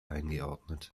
eingeordnet